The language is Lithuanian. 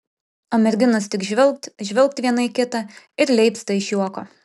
o merginos tik žvilgt žvilgt viena į kitą ir leipsta iš juoko